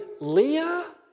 Leah